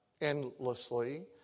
endlessly